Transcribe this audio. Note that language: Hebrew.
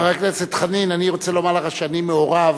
חבר הכנסת חנין, אני רוצה לומר לך שאני מעורב